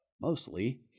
mostly